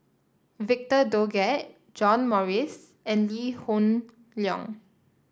Victor Doggett John Morrice and Lee Hoon Leong